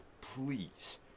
Please